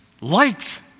liked